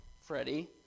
Freddie